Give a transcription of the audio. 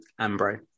Ambro